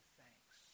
thanks